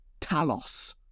Talos